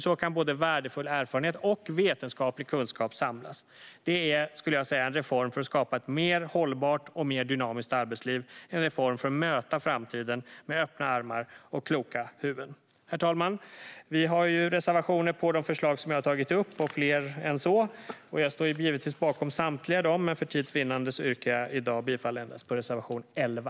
Så kan både värdefull erfarenhet och vetenskaplig kunskap samlas. Det är en reform för att skapa ett mer hållbart och dynamiskt arbetsliv, en reform för att möta framtiden med öppna armar och kloka huvuden. Herr talman! Vi har reservationer på de förslag jag har tagit upp och fler än så. Jag står givetvis bakom samtliga, men för tids vinnande yrkar jag i dag bifall endast till reservation 11.